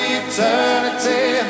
eternity